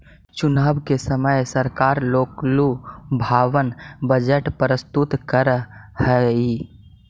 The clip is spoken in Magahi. चुनाव के समय सरकार लोकलुभावन बजट प्रस्तुत करऽ हई